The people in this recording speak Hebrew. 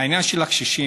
העניין של הקשישים,